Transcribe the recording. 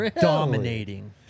dominating